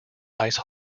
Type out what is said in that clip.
ice